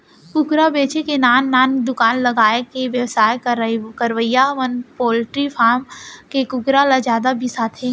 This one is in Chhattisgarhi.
कुकरा बेचे के नान नान दुकान लगाके बेवसाय करवइया मन पोल्टी फारम के कुकरा ल जादा बिसाथें